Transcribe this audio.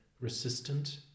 resistant